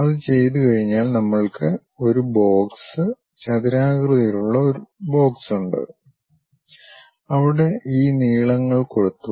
അത് ചെയ്തുകഴിഞ്ഞാൽ നമ്മൾക്ക് ഒരു ബോക്സ് ചതുരാകൃതിയിലുള്ള ബോക്സ് ഉണ്ട് അവിടെ ഈ നീളങ്ങൾ കൊടുത്തു